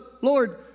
Lord